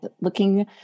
looking